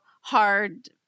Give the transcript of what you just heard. hard